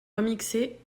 remixée